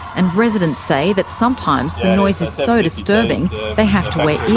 and residents say that sometimes the noise is so disturbing they have to wear